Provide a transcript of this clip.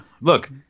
Look